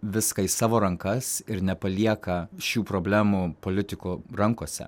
viską į savo rankas ir nepalieka šių problemų politikų rankose